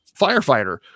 firefighter